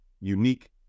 unique